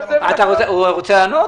אתה רוצה לענות?